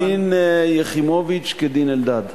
דין יחימוביץ כדין אלדד.